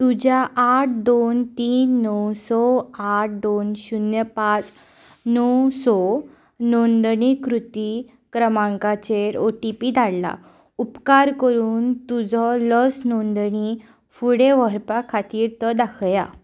तुज्या आठ दोन तीन णव स आठ दोन शुन्य पांच णव स नोंदणीकृती क्रमांकाचेर ओ टी पी धाडला उपकार करून तुजो लस नोंदणी फुडें व्हरपा खातीर तो दाखया